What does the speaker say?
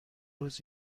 روز